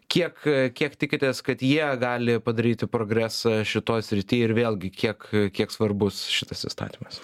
kiek kiek tikitės kad jie gali padaryti progresą šitoje srityje ir vėlgi kiek kiek svarbus šitas įstatymas